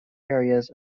areas